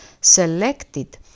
Selected